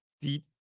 deep